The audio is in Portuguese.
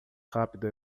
rápido